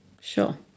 Sure